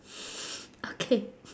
okay